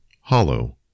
Hollow